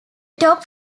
top